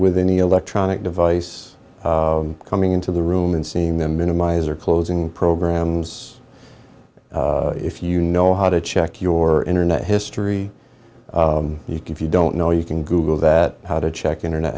with an electronic device coming into the room and seeing them minimize or closing programs if you know how to check your internet history you can if you don't know you can google that how to check internet